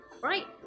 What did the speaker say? right